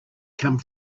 come